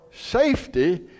safety